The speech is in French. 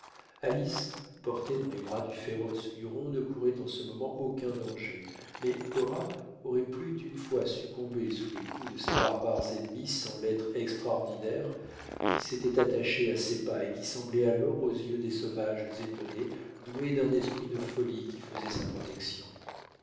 alice portée dans les bras du féroce huron ne courait en ce moment aucun danger mais cora aurait plus d'une fois succombé sous les coups de ses barbares ennemis sans l'être extraordinaire qui s'était attaché à ses pas et qui semblait alors aux yeux des sauvages étonnés doué d'un esprit de folie qui faisait sa protection